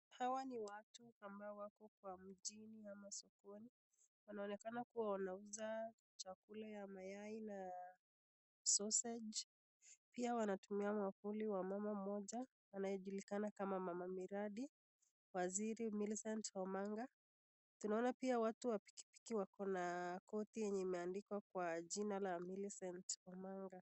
Hawa ni watu ambao wako kwa mtini ama sokoni, wanaonekana kuwa wanauza chakula ya mayai, sausage pia wanatumia mwavuli wa mama mmoja anayejulikana kama mama miradi waziri Millicent Omanga. Tunaona pia watu wa pikipiki wako na koti yenye imeandikwa kwa jina la Millicent Omanga.